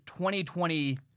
2020